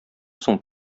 соң